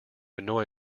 annoy